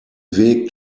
weg